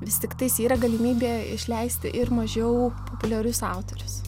vis tiktais yra galimybė išleisti ir mažiau populiarius autorius